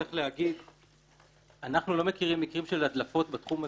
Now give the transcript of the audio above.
צריך להגיד שאנחנו לא מכירים מקרים של הדלפות בתחום הזה.